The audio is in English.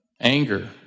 Anger